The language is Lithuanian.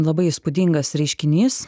labai įspūdingas reiškinys